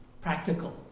practical